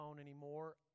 anymore